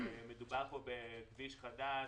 מדובר פה בכביש חדש,